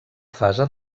fase